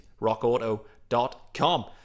rockauto.com